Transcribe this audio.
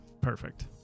Perfect